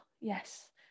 yes